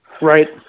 right